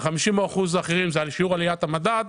וה-50% האחרים על שיעור עליית המדד.